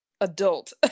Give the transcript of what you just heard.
adult